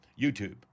YouTube